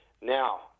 Now